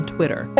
Twitter